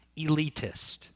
elitist